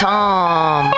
Tom